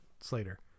Slater